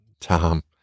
Tom